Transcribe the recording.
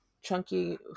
chunky